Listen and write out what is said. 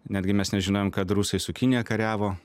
netgi mes nežinojom kad rusai su kinija kariavo